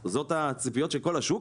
זו הציפייה של כל השוק.